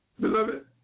Beloved